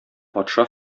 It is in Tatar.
патша